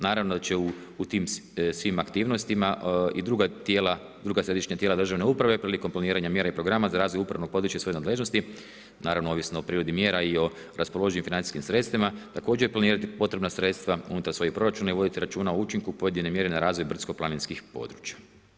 Naravno da će u tim svim aktivnostima i druga središnja tijela državne uprave prilikom planiranja mjera i programa za razvoj upravno područje svoje nadležnosti, naravno ovisno o prirodi mjera i o raspoloživim financijskim sredstvima također planirati potrebna sredstva unutar svojih proračuna i voditi računa o učinku pojedine mjere na razvoj brdsko-planinskih područja.